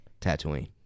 Tatooine